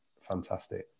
fantastic